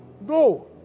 No